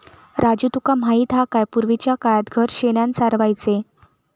राजू तुका माहित हा काय, पूर्वीच्या काळात घर शेणानं सारवायचे